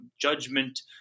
judgment